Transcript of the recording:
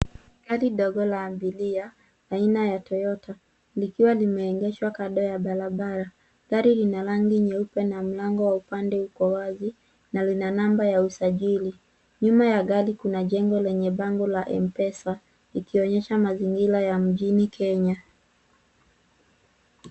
Gari ndogo la abiria aina ya toyota likiwa limeegeshwa kando ya barabara. Gari lina rangi nyeupe na mlango wa upande uko wazi na lina namba ya usajili. Nyuma ya gari kuna jengo lenye bango la mpesa likionyesha mazingira ya mjini kenya.